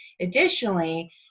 additionally